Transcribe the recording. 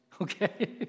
okay